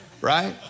right